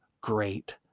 great